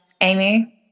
amy